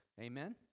Amen